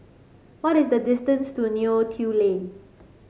what is the distance to Neo Tiew Lane